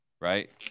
right